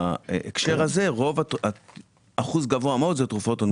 שבהקשר הזה אחוז גבוה מאוד הוא תרופות אונקולוגיות.